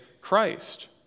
Christ